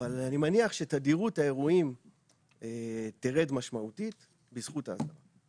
אבל אני מניח שתדירות האירועים תרד משמעותית בזכות האסדרה.